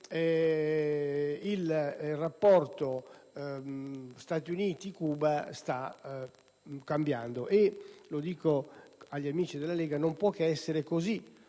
il rapporto Stati Uniti-Cuba stia cambiando. E dico agli amici della Lega che non può che essere così,